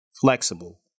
flexible